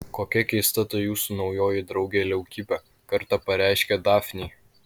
kokia keista ta jūsų naujoji draugė leukipė kartą pareiškė dafnei